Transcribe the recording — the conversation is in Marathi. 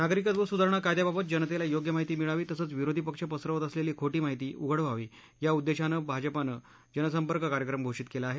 नागरिकत्व सुधारणा कायद्याबाबत जनतेला योग्य महिती मिळावी तसंच विरोधी पक्ष पसरवत असलेली खो ी माहिती उघड व्हावी या उद्देशानं भाजपानं जनसंपर्क कार्यक्रम घोषित केला आहे